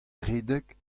redek